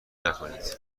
نکنید